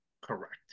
correct